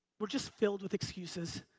we're just filled with excuses.